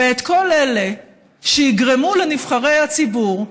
ואת כל אלה שיגרמו לנבחרי הציבור,